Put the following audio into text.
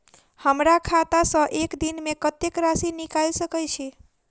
हमरा खाता सऽ एक दिन मे कतेक राशि निकाइल सकै छी